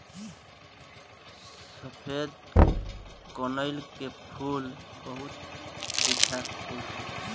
सफेद कनईल के फूल बहुत बिख्यात फूल ह